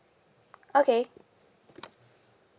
okay